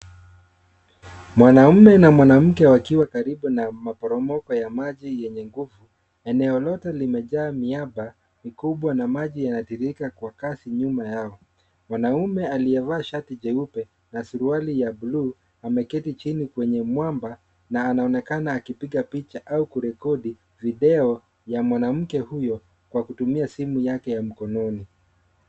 Mwanaume na mwanamke wakiwa karibu na maporomoko ya maji yenye nguvu. Eneo lote limejaa miaba mikubwa na maji yanatiririka kwa kasi nyuma yao. Mwanaume aliyevaa shati jeupe na suruali ya buluu ameketi chini kwenye mwamba na anaonekana akipiga picha au kurekodi video ya mwanamke huyo kwa kutumia simu yake ya mkononi.